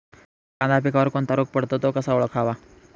कांदा पिकावर कोणता रोग पडतो? तो कसा ओळखावा?